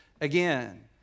again